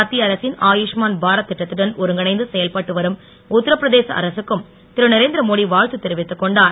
மத்திய அரசின் ஆயுஷ்மான் பாரத் திட்டத்துடன் ஒருங்கிணைந்து செயல்பட்டு வரும் உத்தரபிரதேச அரகக்கும் திரு நரேந்திரமோடி வாழ்த்து தெரிவித்துக் கொண்டார்